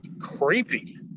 creepy